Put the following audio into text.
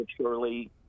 surely